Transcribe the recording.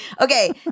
okay